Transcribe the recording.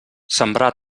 sembrar